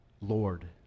Lord